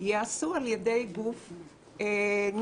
ייעשו על ידי גוף נפרד,